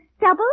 double